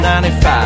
95